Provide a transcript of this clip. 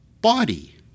body